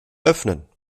öffnen